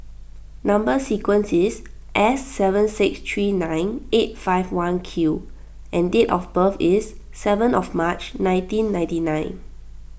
Number Sequence is S seven six three nine eight five one Q and date of birth is seven of March nineteen ninety nine